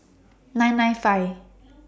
nine nine five